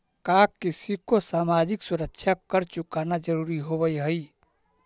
का किसी को सामाजिक सुरक्षा कर चुकाना जरूरी होवअ हई